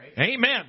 amen